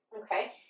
Okay